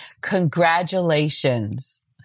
Congratulations